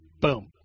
Boom